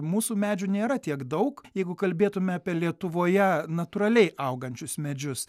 mūsų medžių nėra tiek daug jeigu kalbėtumėme apie lietuvoje natūraliai augančius medžius